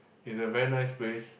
it's a very nice place